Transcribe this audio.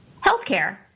healthcare